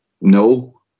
no